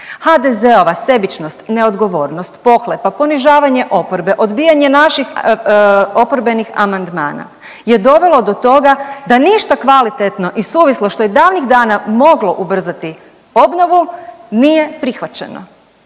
HDZ-ova sebičnost, neodgovornost, pohlepa, ponižavanje oporbe, odbijanje naših oporbenih amandmana je dovelo do toga da ništa kvalitetno i suvislo što je davnih dana moglo ubrzati obnovu nije prihvaćeno.